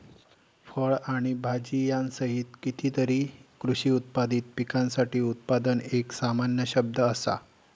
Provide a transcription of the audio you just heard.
फळ आणि भाजीयांसहित कितीतरी कृषी उत्पादित पिकांसाठी उत्पादन एक सामान्य शब्द असा